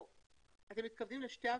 אתם מתכוונים לשתי הוועדות?